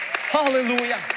Hallelujah